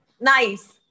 nice